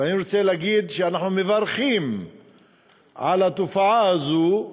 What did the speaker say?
ואני רוצה להגיד שאנחנו מברכים על התופעה הזאת,